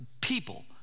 people